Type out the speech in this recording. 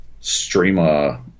streamer